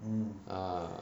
ah